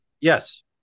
Yes